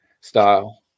style